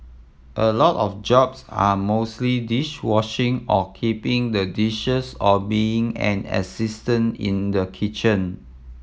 a lot of jobs are mostly dish washing or keeping the dishes or being an assistant in the kitchen